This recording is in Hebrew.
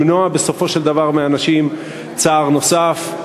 למנוע בסופו של דבר מאנשים צער נוסף.